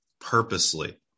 purposely